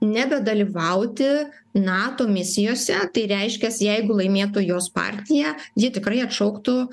nebedalyvauti nato misijose tai reiškias jeigu laimėtų jos partija ji tikrai atšauktų